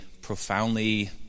profoundly